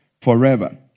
forever